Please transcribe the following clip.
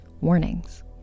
warnings